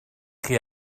chi